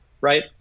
right